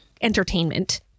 entertainment